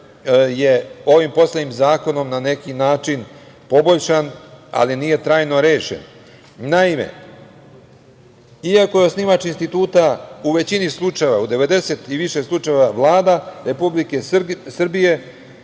je ovim poslednjim zakonom na neki način poboljšan, ali nije trajno rešen. Naime, iako je osnivač instituta u većini slučajeva, u 90 i više slučajeva, Vlada Republike Srbije,